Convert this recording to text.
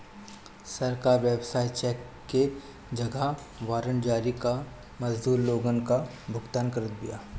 सरकार व्यवसाय चेक के जगही वारंट जारी कअ के मजदूर लोगन कअ भुगतान करत बिया